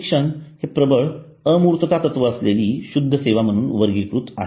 शिक्षण हे प्रबळ अमूर्तता तत्व असलेली शुद्ध सेवा म्हणून वर्गीकृत आहे